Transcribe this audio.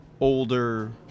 older